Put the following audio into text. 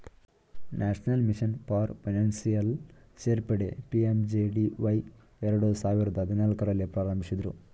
national mission for financial ಸೇರ್ಪಡೆ PMJDY ಎರಡು ಸಾವಿರದ ಹದಿನಾಲ್ಕು ರಲ್ಲಿ ಪ್ರಾರಂಭಿಸಿದ್ದ್ರು